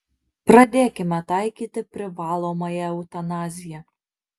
pradėkime taikyti privalomąją eutanaziją